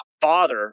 father